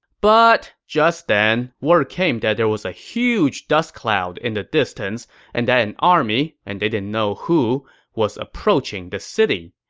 but just then, word came that there was a huge dust cloud in the distance and an army and they didn't know who was approaching the city.